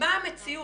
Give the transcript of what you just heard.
מה המציאות,